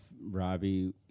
Robbie